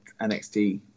NXT